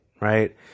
right